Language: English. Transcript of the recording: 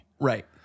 Right